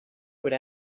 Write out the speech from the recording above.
would